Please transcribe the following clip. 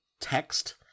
text